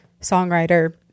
songwriter